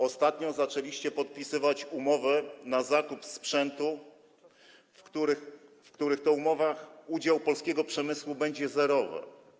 Ostatnio zaczęliście podpisywać umowy na zakup sprzętu, w których to umowach udział polskiego przemysłu będzie zerowy.